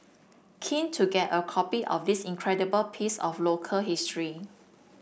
keen to get a copy of this incredible piece of local history